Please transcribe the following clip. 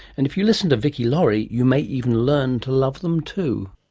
and if you listen to vicki laurie you may even learn to love them too.